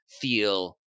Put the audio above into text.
feel